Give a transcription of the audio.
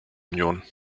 union